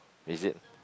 is it